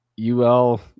UL